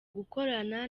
gukorana